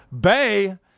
Bay